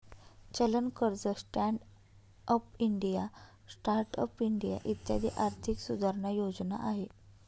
चलन कर्ज, stand up India, start up India इत्यादी आर्थिक सुधारणा योजना आहे